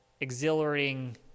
exhilarating